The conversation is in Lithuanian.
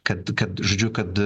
kad kad žodžiu kad